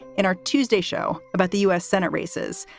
in our tuesday show about the u s. senate races,